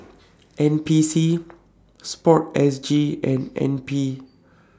N P C Sport S G and N P